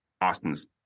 Austin's